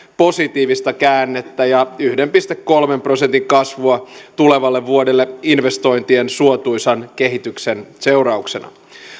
positiivista käännettä ja yhden pilkku kolmen prosentin kasvua tulevalle vuodelle investointien suotuisan kehityksen seurauksena